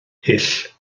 hyll